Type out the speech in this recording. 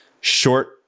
short